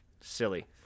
Silly